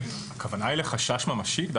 הכוונה היא לחשש ממשי?